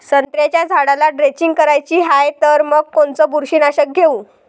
संत्र्याच्या झाडाला द्रेंचींग करायची हाये तर मग कोनच बुरशीनाशक घेऊ?